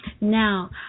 Now